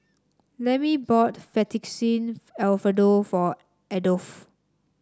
Lemmie bought Fettuccine Alfredo for Adolfo